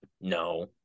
no